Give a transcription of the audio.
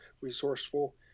resourceful